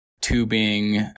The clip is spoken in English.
tubing